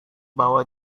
bahwa